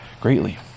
greatly